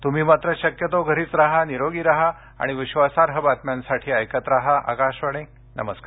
तुम्ही मात्र शक्यतो घरीच राहा निरोगी राहा आणि विश्वासार्ह बातम्यांसाठी ऐकत राहा आकाशवाणी नमस्कार